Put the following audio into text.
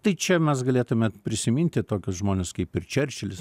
tai čia mes galėtume prisiminti tokius žmones kaip ir čerčilis